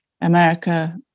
America